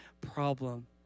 problem